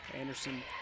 Anderson